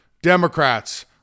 Democrats